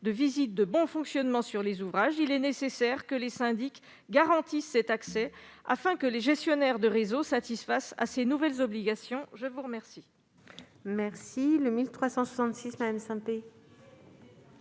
de visites de bon fonctionnement, il est nécessaire que les syndics garantissent cet accès afin que les gestionnaires de réseaux satisfassent à ces nouvelles obligations. La parole